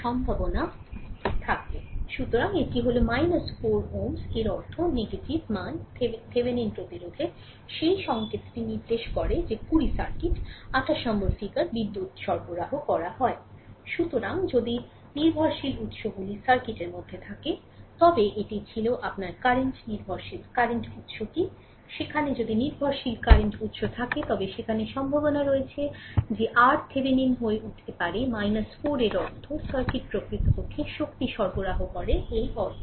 সুতরাং এটি হল 4 Ω এর অর্থ নেতিবাচক মান Thevenin প্রতিরোধের সেই সংকেতটি নির্দেশ করে যে কুড়ি সার্কিট 28 নম্বর ফিগার বিদ্যুৎ সরবরাহ করা হয় সুতরাং যদি নির্ভরশীল উত্সগুলি সার্কিটের মধ্যে থাকে তবে এটি ছিল আপনার কারেন্ট নির্ভরশীল কারেন্ট উৎসটি সেখানে যদি নির্ভরশীল কারেন্ট উৎস থাকে তবে সেখানে সম্ভাবনা রয়েছে যে RThevenin হয়ে উঠতে পারে 4 এর অর্থ সার্কিট প্রকৃতপক্ষে শক্তি সরবরাহ করে এই অর্থ